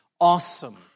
awesome